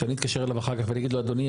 כשאני אתקשר אליו אחר כך ואני אגיד לו אדוני,